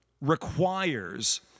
requires